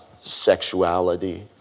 sexuality